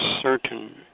Certain